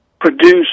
produce